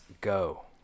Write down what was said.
go